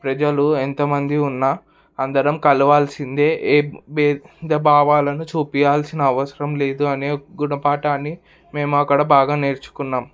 ప్రజలు ఎంతమంది ఉన్నా అందరం కలవాల్సిందే ఏ భేద భావాలను చూపియాల్సిన అవసరం లేదు అనే గుణపాటాన్ని మేము అక్కడ బాగా నేర్చుకున్నాం